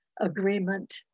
agreement